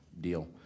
deal